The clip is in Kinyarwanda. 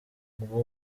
bw’u